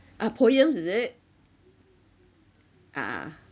uh POEMS is it ah ah